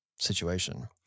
situation